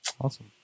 awesome